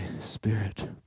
spirit